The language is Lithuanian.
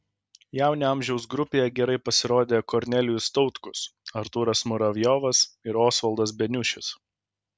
jaunių amžiaus grupėje gerai pasirodė kornelijus tautkus artūras muravjovas ir osvaldas beniušis